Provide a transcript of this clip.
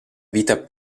vita